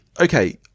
okay